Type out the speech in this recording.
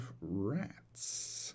rats